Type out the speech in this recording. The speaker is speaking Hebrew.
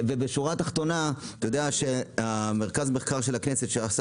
מעבודה מצוינת שמרכז המחקר של הכנסת עשה